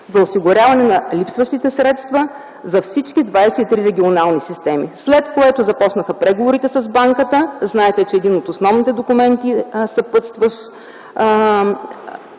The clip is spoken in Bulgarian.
за осигуряване на липсващите средства за всички 23 регионални системи, след което започнаха преговорите с Банката. Знаете, че един от основните документи, съпътстващ